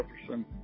Jefferson